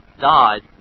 died